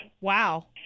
Wow